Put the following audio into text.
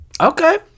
Okay